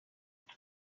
what